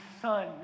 son